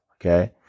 Okay